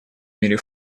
мире